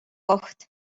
koht